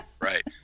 Right